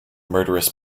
murderous